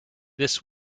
this